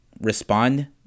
respond